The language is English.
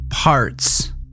Parts